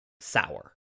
sour